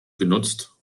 genutzt